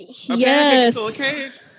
yes